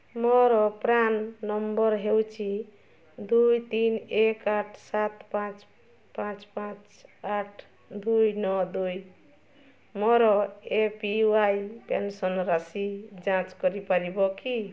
ମୋର PRAN number ହେଉଛି ଦୁଇ ତିନି ଏକ ଆଠ ସାତ ପାଞ୍ଚ ପାଞ୍ଚ ପାଞ୍ଚ ଆଠ ଦୁଇ ନଅ ଦୁଇ ମୋର ଏ ପି ୱାଇ ପେନ୍ସନ୍ ରାଶି ଯାଞ୍ଚ କରିପାରିବ କି